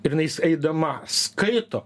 ir jinais eidama skaito